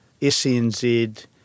SNZ